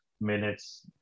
minutes